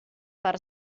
per